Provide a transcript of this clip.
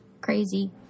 crazy